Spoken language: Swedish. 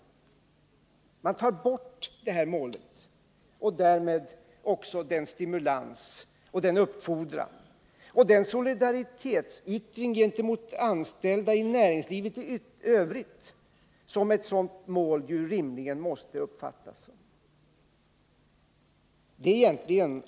Man tar bort detta mål och därmed också den stimulans, den uppfordran och den solidaritetsyttring gentemot de anställda i näringslivet i övrigt som ett sådant mål rimligen måste uppfattas som.